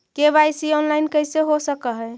KYC online कैसे हो सक है?